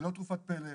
זה לא תרופת פלא,